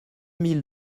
mille